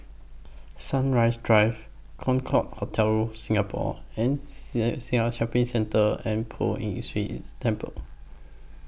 Sunrise Drive Concorde Hotel Singapore and Shopping Centre and Poh Ern Shih Temple